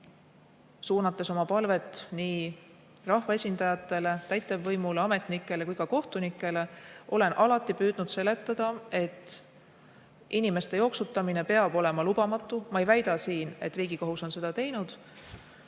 suunates oma palvet nii rahvaesindajatele, täitevvõimule, ametnikele kui ka kohtunikele, olen alati püüdnud seletada, et inimeste jooksutamine peab olema lubamatu – ma ei väida siin, et Riigikohus on seda teinud